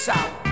South